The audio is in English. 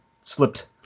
slipped